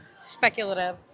speculative